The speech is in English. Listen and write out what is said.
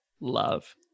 love